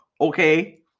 okay